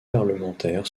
parlementaire